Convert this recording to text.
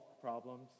problems